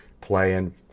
playing